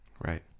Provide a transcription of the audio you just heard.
Right